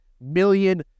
million